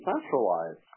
centralized